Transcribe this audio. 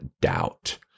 doubt